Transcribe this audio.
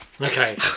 Okay